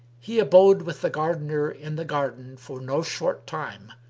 he abode with the gardener in the garden for no short time,